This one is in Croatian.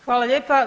Hvala lijepa.